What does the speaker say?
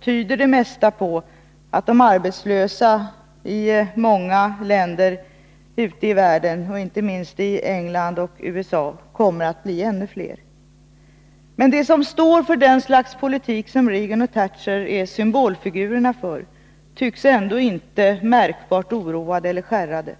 tyder det mesta på att de arbetslösa i många länder ute i världen, inte minst i England och USA, kommer att bli ännu fler. Men de som står för det slags politik som Reagan och Thatcher är symbolfigurerna för, tycks inte märkbart oroade eller skärrade.